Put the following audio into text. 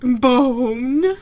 Bone